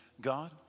God